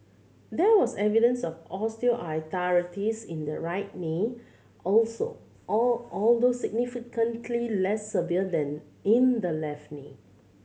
there was evidence of osteoarthritis in the right knee also or although significantly less severe than in the left knee